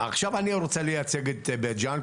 עכשיו אני רוצה לייצג את בית ג'אן,